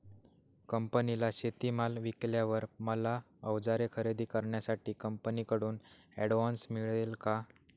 कंपनीला शेतीमाल विकल्यावर मला औजारे खरेदी करण्यासाठी कंपनीकडून ऍडव्हान्स मिळेल का?